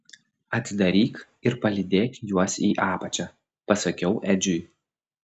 atidaryk ir palydėk juos į apačią pasakiau edžiui